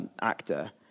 actor